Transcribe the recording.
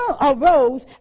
arose